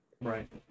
Right